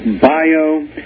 bio